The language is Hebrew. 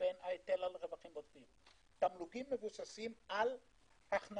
ובין ההיטל על רווחים עודפים: תמלוגים מבוססים על הכנסות